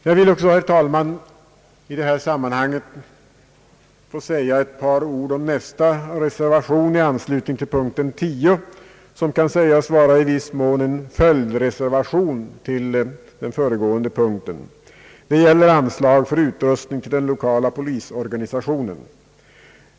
Jag vill också, herr talman, i detta sammanhang säga några ord om reservationen i anslutning till punkt 10. Man kan säga att det i viss mån är fråga om en följdreservation till reservationen under föregående punkt. Det gäller anslag för utrustning till den lokala polisorganisationen.